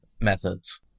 methods